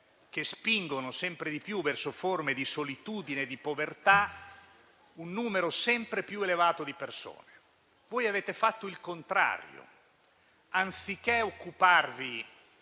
che spingono sempre di più verso forme di solitudine e di povertà un numero sempre più elevato di persone. Voi avete fatto il contrario: anziché occuparvi